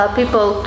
people